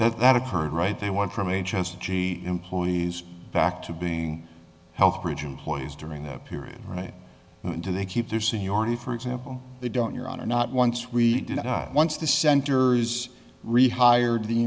use that occurred right they want from h s g employees back to being health bridge employees during the period right into they keep their seniority for example they don't your honor not once we did it once the centers rehired the